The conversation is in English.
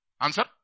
Answer